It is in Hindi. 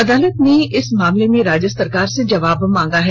अदालत ने इस मामले में राज्य सरकार से जवाब मांगा है